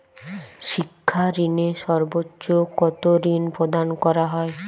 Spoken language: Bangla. শিক্ষা ঋণে সর্বোচ্চ কতো ঋণ প্রদান করা হয়?